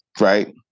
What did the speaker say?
Right